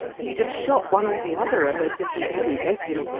he'd have shot one or the other of us if we hadn't let him,